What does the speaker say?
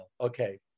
Okay